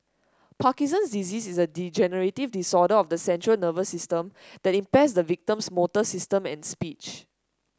Parkinson's disease is a degenerative disorder of the central nervous system that impairs the victim's motor system and speech